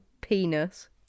penis